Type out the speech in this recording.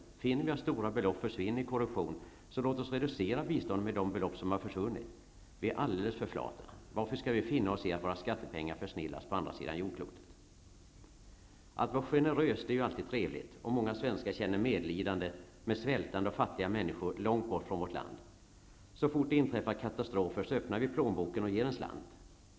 Om vi finner att stora belopp försvinner i korruption så låt oss reducera biståndet med de belopp som har försvunnit. Vi är alldeles för flata! Varför skall vi finna oss i att våra skattepengar försnillas på andra sidan jordklotet? Att vara generös är ju alltid trevligt, och många svenskar känner medlidande med svältande och fattiga människor långt bort från vårt land. Så fort det har inträffat katastrofer öppnar vi plånboken och ger en slant.